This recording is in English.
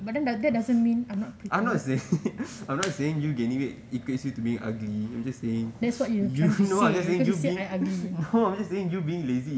but then that that doesn't mean I'm not pretty that's what you trying to say because you say I ugly